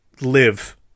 live